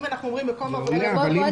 אם אנחנו אומרים מקום עבודה --- מעולה.